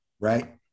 Right